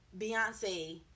Beyonce